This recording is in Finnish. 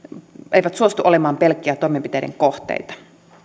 eivät suostu olemaan pelkkiä toimenpiteiden kohteita